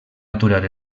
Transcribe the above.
aturar